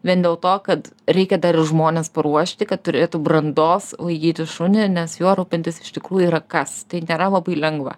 vien dėl to kad reikia dar ir žmones paruošti kad turėtų brandos laikyti šunį nes juo rūpintis iš tikrųjų yra kas tai nėra labai lengva